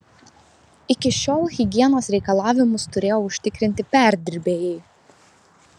iki šiol higienos reikalavimus turėjo užtikrinti perdirbėjai